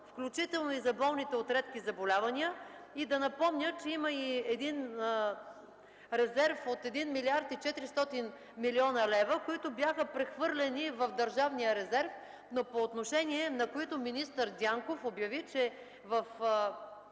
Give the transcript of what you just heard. включително и за болните с редки заболявания. Нека да напомня, че има един резерв от 1 млрд. 400 млн. лв., които бяха прехвърлени в държавния резерв, но по отношение на които министър Дянков обяви, че във